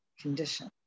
condition